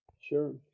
Sure